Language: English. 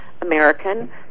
American